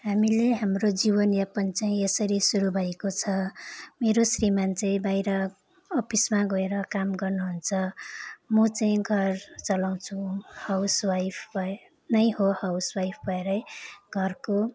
हामीले हाम्रो जीवनयापन चाहिँ यसरी सुरु भएको छ मेरो श्रीमान चाहिँ बाहिर अफिसमा गएर काम गर्नुहुन्छ म चाहिँ घर चलाउँछु हाउसवाइफ भए नै हो हाउसवाइफ भएरै घरको